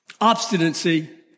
obstinacy